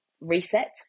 reset